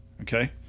Okay